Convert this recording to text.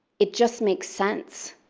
it just makes sense.